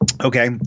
Okay